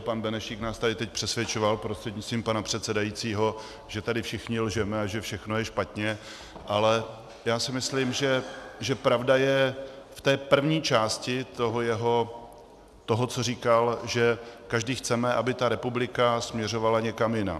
Pan Benešík nás tady teď přesvědčoval prostřednictvím pana předsedajícího, že tady všichni lžeme a že všechno je špatně, ale já si myslím, že pravda je v té první části toho, co říkal, že každý chceme, aby republika směřovala někam jinam.